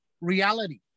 reality